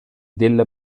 della